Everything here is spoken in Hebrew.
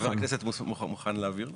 חבר הכנסת מוכן להעביר לנו?